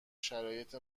شرایط